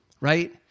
right